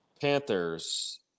Panthers